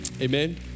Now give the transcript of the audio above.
amen